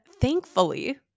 thankfully